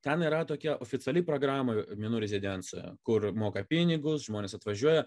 ten yra tokia oficiali programa menų rezidencija kur moka pinigus žmonės atvažiuoja